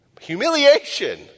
Humiliation